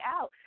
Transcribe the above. out